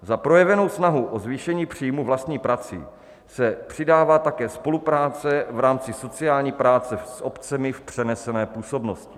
Za projevenou snahu o zvýšení příjmu vlastní prací se přidává také spolupráce v rámci sociální práce s obcemi v přenesené působnosti.